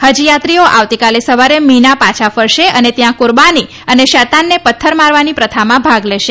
હજથાત્રીઓ આવતીકાલે સવારે મીના પાછા ફરશે અને ત્યાં કુરબાની અને શૈતાનને પત્થર મારવાની પ્રથામાં ભાગ લેશે